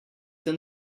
than